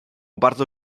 bardzo